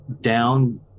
down